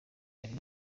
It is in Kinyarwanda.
ari